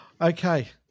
Okay